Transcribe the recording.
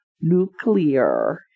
nuclear